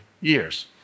years